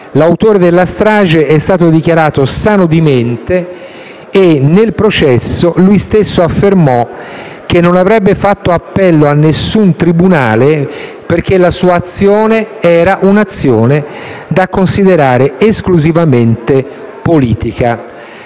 L'autore della strage è stato dichiarato sano di mente e nel processo lui stesso affermò che non avrebbe fatto appello a nessun tribunale, perché la sua azione era un'azione da considerare esclusivamente politica.